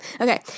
Okay